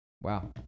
Wow